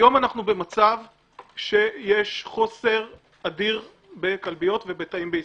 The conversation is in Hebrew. היום אנחנו במצב שיש חוסר אדיר בכלביות ובתאים בישראל.